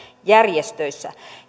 järjestöissä